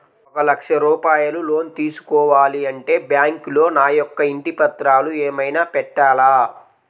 ఒక లక్ష రూపాయలు లోన్ తీసుకోవాలి అంటే బ్యాంకులో నా యొక్క ఇంటి పత్రాలు ఏమైనా పెట్టాలా?